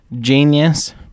genius